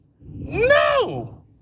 no